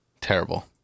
Terrible